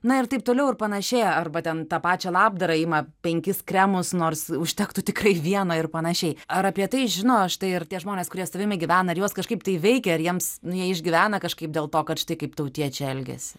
na ir taip toliau ir panašiai arba ten tą pačią labdarą ima penkis kremus nors užtektų tikrai vieno ir panašiai ar apie tai žino štai ir tie žmonės kurie tavimi gyvena ar juos kažkaip tai veikia ar jiems nu jie išgyvena kažkaip dėl to kad štai kaip tautiečiai elgiasi